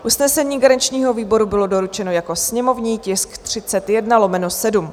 Usnesení garančního výboru bylo doručeno jako sněmovní tisk 31/7.